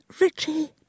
Richie